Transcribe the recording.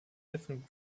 different